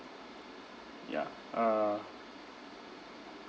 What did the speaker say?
ya uh